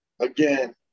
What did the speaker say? again